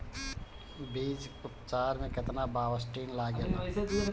बीज उपचार में केतना बावस्टीन लागेला?